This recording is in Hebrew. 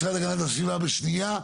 משרד להגנת הסביבה בשנייה,